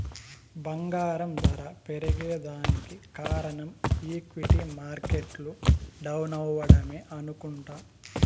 బంగారం దర పెరగేదానికి కారనం ఈక్విటీ మార్కెట్లు డౌనవ్వడమే అనుకుంట